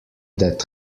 that